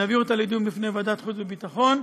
נביא אותה לדיון בוועדת החוץ והביטחון,